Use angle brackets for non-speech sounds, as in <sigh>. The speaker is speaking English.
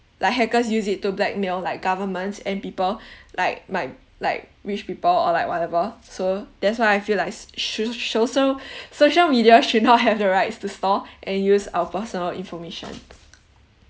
like hackers use it to blackmail like governments and people <breath> like my like rich people or like whatever so that's why I feel like s~ should social social media should not have the rights to store and use our personal information